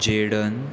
Jadon